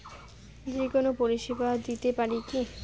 যে কোনো পরিষেবা দিতে পারি কি?